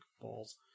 balls